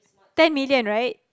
ten million right